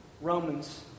Romans